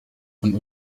von